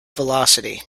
velocity